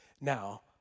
Now